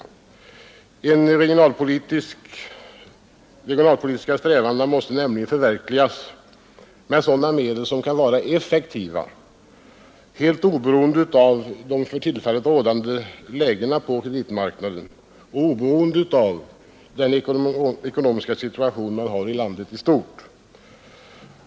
De regionalpolitiska strävandena måste kapitalmarknadens nämligen förverkligas med sådana medel som kan vara effektiva helt funktion, m.m. oberoende av det för tillfället rådande läget på kreditmarknaden och av den ekonomiska situationen i landet i stort.